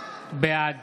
בעד